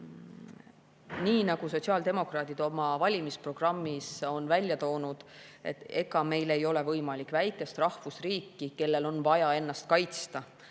Nii nagu sotsiaaldemokraadid on oma valimisprogrammis välja toonud, ega meil ei ole võimalik väikest rahvusriiki, kellel on vaja ennast kaitsta